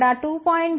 0 2